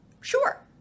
sure